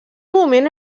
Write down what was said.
moment